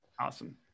Awesome